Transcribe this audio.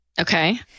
okay